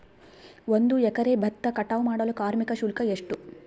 ಒಂದು ಎಕರೆ ಭತ್ತ ಕಟಾವ್ ಮಾಡಲು ಕಾರ್ಮಿಕ ಶುಲ್ಕ ಎಷ್ಟು?